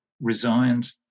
resigned